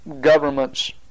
governments